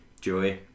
Joey